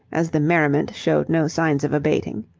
as the merriment showed no signs of abating.